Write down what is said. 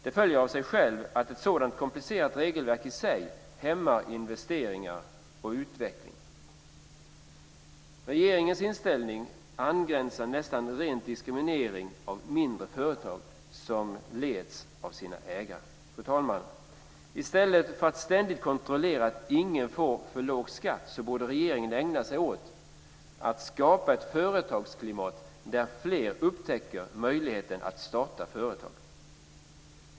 Det följer av sig självt att ett sådant komplicerat regelverk i sig hämmar investeringar och utveckling. Regeringens inställning angränsar nästan till ren diskriminering av mindre företag som leds av sina ägare. I stället för att ständigt kontrollera att ingen får för låg skatt borde regeringen ägna sig åt att skapa ett företagsklimat där fler upptäcker möjligheten att starta företag.